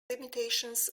limitations